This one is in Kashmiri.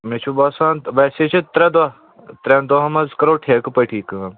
مےٚ چھُ باسان تہٕ ویسے چھِ ترٛےٚ دۄہ ترٛٮ۪ن دۄہَن منٛز کَرو ٹھیکہٕ پٲٹھی کٲم